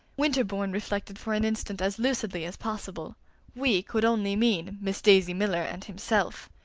winterbourne reflected for an instant as lucidly as possible we could only mean miss daisy miller and himself.